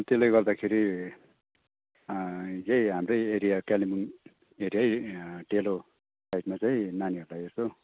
त्यसले गर्दाखेरि यही हाम्रै एरिया कालेबुङ एरियै डेलो साइडमा चाहिँ नानीहरूलाई यसो